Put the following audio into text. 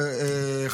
מרשות המיסים.